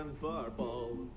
purple